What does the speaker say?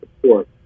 support